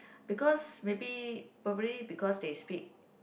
because maybe probably because they speak